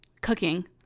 Cooking